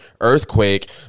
Earthquake